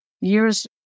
years